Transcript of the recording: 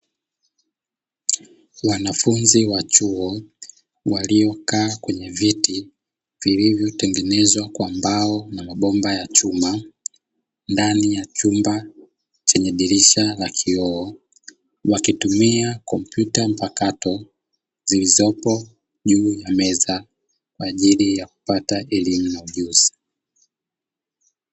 Wanafunzi wa chuo waliokaa kwenye viti vilivyotengenezwa kwa mbao na mabomba ya chuma ndani ya chumba chenye dirisha la kioo, wakitumia kompyuta mpakato zilizopo juu ya meza kwa ajili ya kupata elimu na ujuzi.